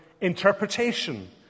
interpretation